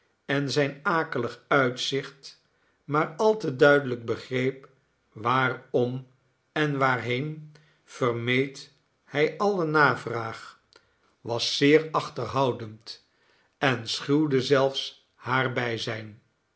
en zijn akelig uitzicht maar al te duidelijk begreep waarom en waarheen vermeed hij alle navraag was zeer achterhoudend en schuwde zelfs haar bijzijn